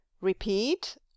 repeat